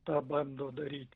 tą bando daryti